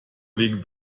liegen